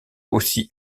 aussi